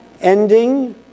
ending